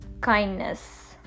kindness